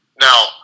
now